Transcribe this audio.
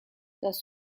das